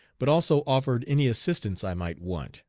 but also offered any assistance i might want,